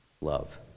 love